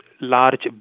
large